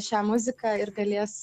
šią muziką ir galės